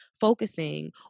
focusing